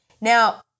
Now